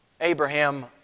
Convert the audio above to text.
Abraham